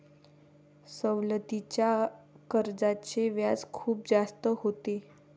सवलतीच्या कर्जाचे व्याज खूप जास्त होते